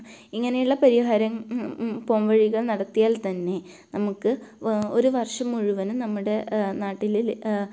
ഇങ്ങനെയുള്ള പരിഹാരം പോംവഴികൾ നടത്തിയാൽ തന്നെ നമുക്ക് ഒരു വർഷം മുഴുവനും നമ്മുടെ നാട്ടിൽ